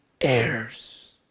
heirs